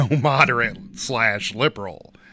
moderate-slash-liberal